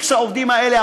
x העובדים האלה,